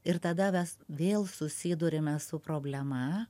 ir tada mes vėl susiduriame su problema